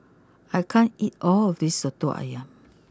I can't eat all of this Soto Ayam